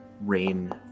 rain